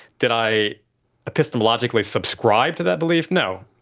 did i epistemologically subscribe to that belief? no.